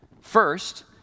first